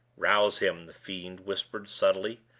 rouse him, the fiend whispered, subtly,